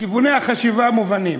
כיווני החשיבה מובנים,